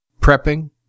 prepping